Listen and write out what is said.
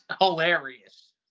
hilarious